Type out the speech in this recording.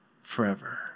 forever